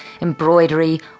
embroidery